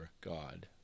God